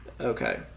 Okay